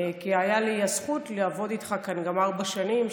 כי הייתה לי הזכות לעבוד איתך כאן ארבע שנים.